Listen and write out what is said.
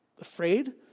afraid